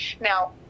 Now